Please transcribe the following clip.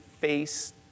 face